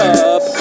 up